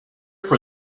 for